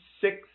six